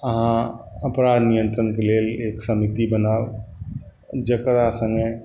अहाँ अपराध नियन्त्रण के लेल एकटा समिति बनाउ जेकरा सङ्गे